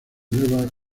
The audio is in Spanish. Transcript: nueva